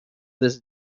this